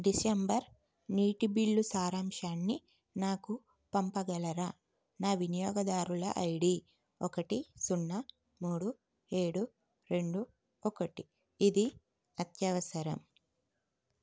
December నీటి bill సారాంశాన్ని నాకు పంపగలరా నా వినియోగదారుల ఐడి ఒకటి సున్నా మూడు ఏడు రెండు ఒకటి ఇది అత్యవసరం